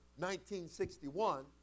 1961